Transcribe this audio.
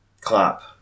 clap